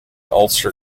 ulster